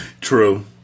True